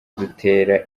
dutera